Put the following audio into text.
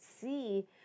see